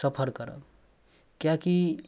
सफर करब किएकि